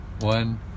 One